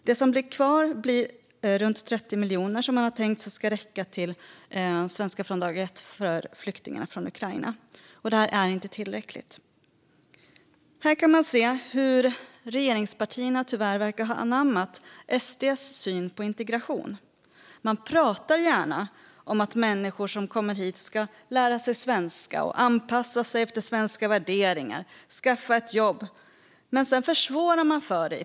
Det som blir kvar är runt 30 miljoner som man har tänkt sig ska räcka till Svenska från dag ett för flyktingarna från Ukraina. Det är inte tillräckligt. Här kan man se att regeringspartierna tyvärr verkar ha anammat SD:s syn på integration. Man pratar gärna om att människor som kommer hit ska lära sig svenska, anpassa sig till svenska värderingar och skaffa ett jobb - men i praktiken försvårar man för dem.